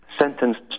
sentenced